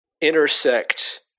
intersect